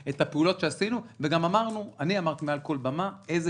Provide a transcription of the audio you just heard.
את הפעולות שעשינו וגם אמרתי מעל כל במה איזה